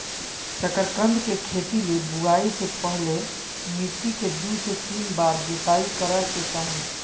शकरकंद के खेती ले बुआई से पहले मिट्टी के दू से तीन बार जोताई करय के चाही